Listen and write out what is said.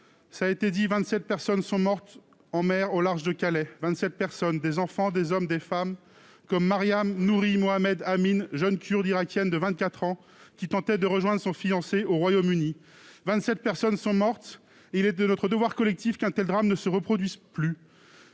cela a été dit, vingt-sept personnes sont mortes en mer au large de Calais. Vingt-sept personnes : des enfants, des hommes, des femmes, comme Maryam Nuri Mohamed Amin, jeune kurde irakienne de 24 ans, qui tentait de rejoindre son fiancé au Royaume-Uni. Vingt-sept personnes sont mortes : il est de notre devoir collectif qu'un tel drame ne se produise plus.